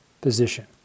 position